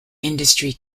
industry